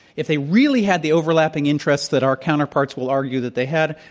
if they really had the overlapping interests that our counterparts will argue that they had,